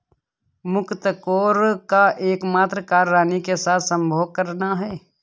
मुकत्कोर का एकमात्र कार्य रानी के साथ संभोग करना है